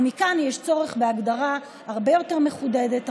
ומכאן שיש צורך בהגדרה הרבה יותר מחודדת,